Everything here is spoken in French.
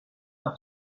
par